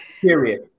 period